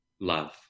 love